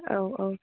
औ औ